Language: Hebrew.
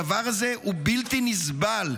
הדבר הזה בלתי נסבל.